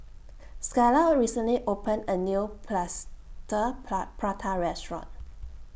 Skylar recently opened A New Plaster Prata Restaurant